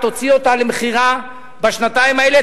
תוציא אותה למכירה בשנתיים האלה,